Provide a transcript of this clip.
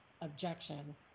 objection